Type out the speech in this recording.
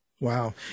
Wow